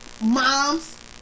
moms